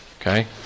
Okay